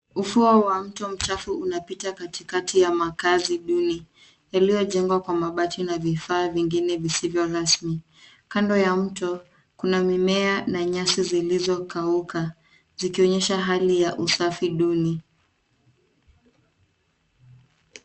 Ufuo wa mto mchafu unapita katikati ya makaazi duni yaliyojengwa kwa mabati na vifaa vingine vizivyo rasmi. Kando ya mto kuna mimea na nyasi zilizokauka zikionyesha hali ya usafi duni.